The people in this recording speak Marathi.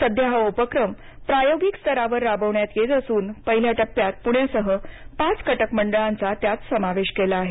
सध्या हा उपक्रम प्रायोगिक स्तरावर राबविण्यात येत असून पहिल्या टप्प्यात पुण्यासह पाच कटकमंडळांचा त्यात समावेश केला आहे